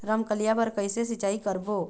रमकलिया बर कइसे सिचाई करबो?